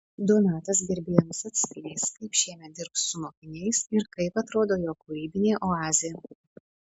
donatas gerbėjams atskleis kaip šiemet dirbs su mokiniais ir kaip atrodo jo kūrybinė oazė